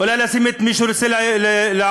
אולי לשים את מי שרוצה לעמוד